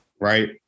right